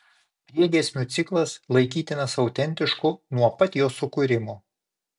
priegiesmių ciklas laikytinas autentišku nuo pat jo sukūrimo